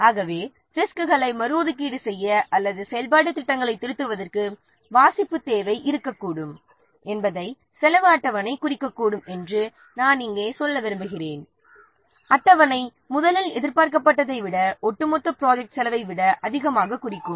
ஆகவே ரிஸ்க்களை மறு ஒதுக்கீடு செய்ய அல்லது செயல்பாட்டுத் திட்டங்களைத் திருத்துவதற்கு வாசிப்பு தேவை இருக்கக்கூடும் என்பதை செலவு அட்டவணை குறிக்கக்கூடும் என்று நான் இங்கே சொல்ல விரும்புகிறேன் அட்டவணை முதலில் எதிர்பார்க்கப்பட்டதை விட ஒட்டு மொத்த ப்ராஜெக்ட் செலவை விட அதிகமாகக் குறிக்கும்